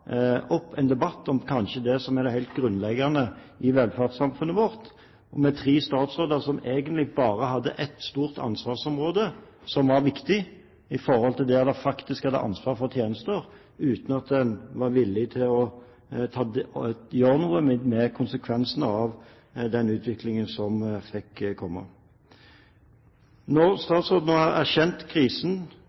opp en debatt om det som kanskje er helt grunnleggende i velferdssamfunnet vårt. Og tre statsråder som egentlig bare hadde ett stort ansvarsområde som var viktig, der de faktisk hadde ansvar for tjenestene, var ikke villige til å gjøre noe med konsekvensene av den utviklingen som fikk komme. Når statsråden nå har erkjent krisen